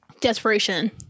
desperation